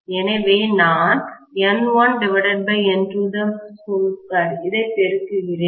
எனவே நான் N1N22 இதை பெருக்குகிறேன்